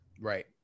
Right